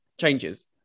changes